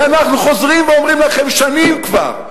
ואנחנו חוזרים ואומרים לכם שנים כבר,